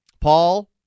Paul